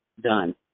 done